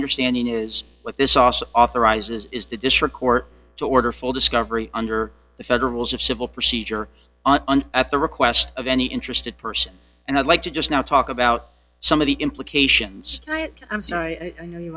understanding is what this also authorizes is the district court to order full discovery under the federals of civil procedure and at the request of any interested person and i'd like to just now talk about some of the implications i'm sorry i know you